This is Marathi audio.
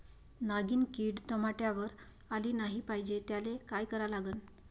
नागिन किड टमाट्यावर आली नाही पाहिजे त्याले काय करा लागन?